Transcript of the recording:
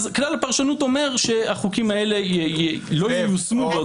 אז כלל הפרשנות אומר שהחוקים האלה לא ייושמו.